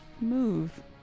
move